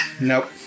Nope